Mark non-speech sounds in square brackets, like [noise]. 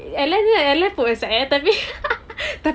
ellen punya ellen put aside eh tapi [laughs] tapi